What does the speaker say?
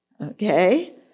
Okay